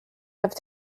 have